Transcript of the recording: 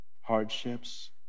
hardships